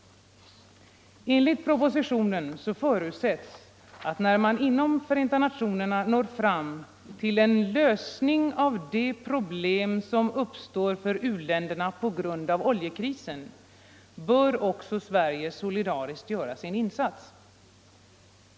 ssk neder Enligt propositionen förutsätts att när man inom FN når fram till” — Ytterligare insatser —- jag understryker detta — ”en lösning av de problem som uppstår för = för svältdrabbade u-länderna på grund av oljekrisen, bör också Sverige solidariskt göra sin — länder insats.